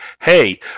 hey